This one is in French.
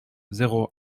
zéro